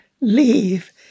leave